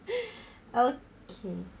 okay